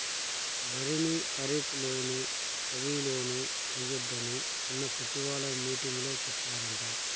వరిని ఖరీప్ లోను, రబీ లోనూ ఎయ్యొద్దని నిన్న సచివాలయం మీటింగులో చెప్పారంట